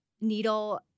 needle